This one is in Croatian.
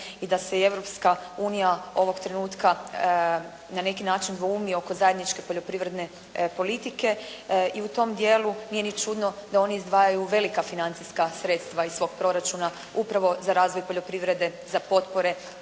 i da se i Europska unija ovog trenutka na neki način dvoumi oko zajedničke poljoprivredne politike i u tom dijelu nije ni čudno da oni izdvajaju velika financijska sredstva iz svog proračuna upravo za razvoj poljoprivrede, za potpore